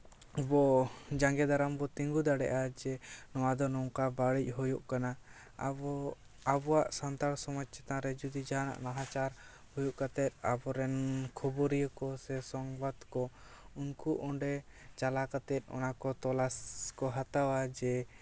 ᱵᱚ ᱡᱟᱸᱜᱟ ᱫᱟᱨᱟᱢ ᱵᱚᱱ ᱛᱤᱸᱜᱩ ᱫᱟᱲᱮᱭᱟᱜᱼᱟ ᱡᱮ ᱱᱚᱣᱟ ᱫᱚ ᱱᱚᱝᱠᱟ ᱵᱟᱹᱲᱤᱡ ᱦᱩᱭᱩᱜ ᱠᱟᱱᱟ ᱟᱵᱚ ᱟᱵᱚᱣᱟᱜ ᱥᱟᱱᱛᱟᱲ ᱥᱚᱢᱟᱡᱽ ᱪᱮᱛᱟᱱ ᱨᱮ ᱡᱩᱫᱤ ᱡᱟᱦᱟᱱᱟᱜ ᱱᱟᱦᱟᱪᱟᱨ ᱦᱩᱭᱩᱜ ᱠᱟᱛᱮ ᱟᱵᱚᱨᱮᱱ ᱠᱷᱚᱵᱚᱨᱤᱭᱟᱹ ᱠᱚ ᱥᱮ ᱥᱚᱝᱵᱟᱫ ᱠᱚ ᱩᱱᱠᱩ ᱚᱸᱰᱮ ᱪᱟᱞᱟᱣ ᱠᱟᱛᱮ ᱚᱱᱟ ᱠᱚ ᱛᱚᱞᱟᱥ ᱠᱚ ᱦᱟᱛᱟᱣᱟ ᱡᱮ